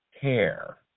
hair